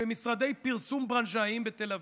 במשרדי פרסום ברנז'איים בתל אביב,